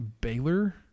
Baylor